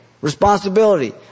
responsibility